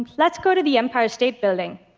let's go to the empire state building.